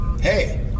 Hey